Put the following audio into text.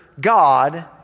God